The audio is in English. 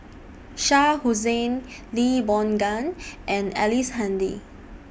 Shah Hussain Lee Boon Ngan and Ellice Handy